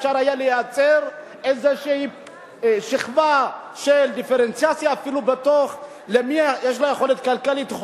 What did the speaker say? אפשר היה לייצר איזה שכבה של דיפרנציאציה למי יש יכולת כלכלית,